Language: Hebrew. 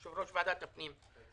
יושבת-ראש ועדת הפנים,